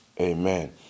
amen